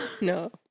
No